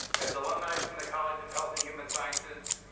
as alumni from the college of health and human sciences,